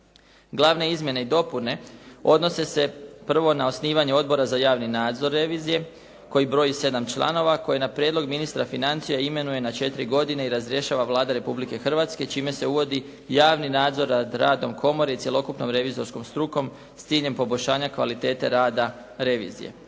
Glavne izmjene i dopune odnose se prvo na osnivanje Odbora za javni nadzor revizije koji broji sedam članova koji na prijedlog ministra financija imenuje na 4 godine i razrješava Vlada Republike Hrvatske čime se uvodi javni nadzor nada radom komore i cjelokupnom revizorskom strukom s ciljem poboljšanja kvalitete rada revizije.